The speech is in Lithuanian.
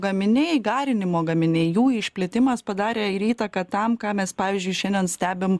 gaminiai garinimo gaminiai jų išplitimas padarė ir įtaką tam ką mes pavyzdžiui šiandien stebim